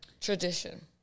tradition